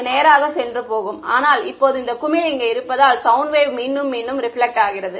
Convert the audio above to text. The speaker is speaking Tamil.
அது நேராக சென்று போகும் ஆனால் இப்போது இந்த குமிழ் இங்கே இருப்பதால் சவுண்ட் வேவ் மீண்டும் மீண்டும் ரெபிலக்ட் ஆகிறது